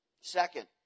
Second